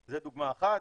זו דוגמה אחת,